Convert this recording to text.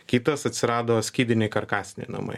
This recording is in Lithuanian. kitas atsirado skydiniai karkasiniai namai